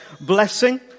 blessing